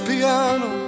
Piano